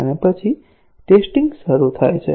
અને પછી ટેસ્ટીંગ શરૂ થાય છે